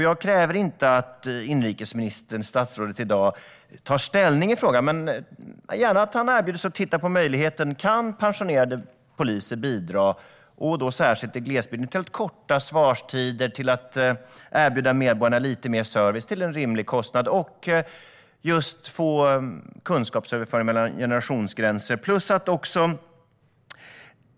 Jag kräver inte att statsrådet i dag tar ställning i frågan, men jag ser gärna att han erbjuder sig att titta på möjligheten. Kan pensionerade poliser bidra, särskilt i glesbygden, till att korta svarstider, erbjuda medborgarna lite mer service till en rimlig kostnad och få kunskapsöverföring över generationsgränser?